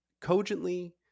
cogently